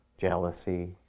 jealousy